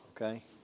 okay